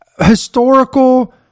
historical